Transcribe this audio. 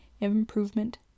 improvement